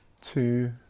two